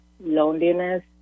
loneliness